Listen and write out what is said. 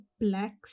black